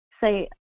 say